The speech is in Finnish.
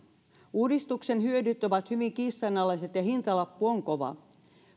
uudistuksen hyödyt ovat hyvin kiistanalaiset ja hintalappu on kova